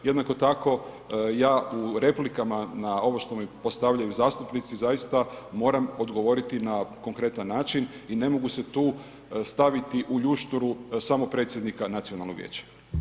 Jednako tako ja u replikama na ovo što mi postavljaju zastupnici zaista moram odgovoriti na konkretan način i ne mogu se tu staviti u ljušturu samo predsjednika Nacionalnog vijeća.